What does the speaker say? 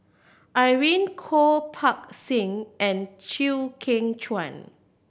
Irene Khong Parga Singh and Chew Kheng Chuan